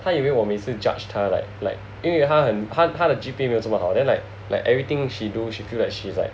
她以为我每次 judged 她 like like 因为她很她的 G_P 没有那么好 then like like everything she do she feel like she's like